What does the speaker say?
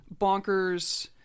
bonkers